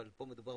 אבל פה מדובר